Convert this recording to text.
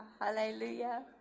Hallelujah